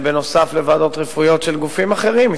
זה נוסף על ועדות רפואיות של גופים אחרים,